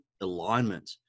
alignment